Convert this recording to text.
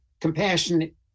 compassionate